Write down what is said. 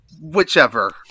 Whichever